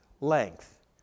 length